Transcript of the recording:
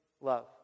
love